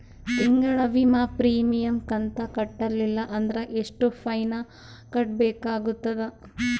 ತಿಂಗಳ ವಿಮಾ ಪ್ರೀಮಿಯಂ ಕಂತ ಕಟ್ಟಲಿಲ್ಲ ಅಂದ್ರ ಎಷ್ಟ ಫೈನ ಕಟ್ಟಬೇಕಾಗತದ?